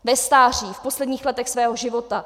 Ve stáří, v posledních letech svého života.